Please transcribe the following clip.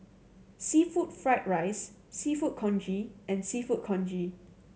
seafood fried rice Seafood Congee and Seafood Congee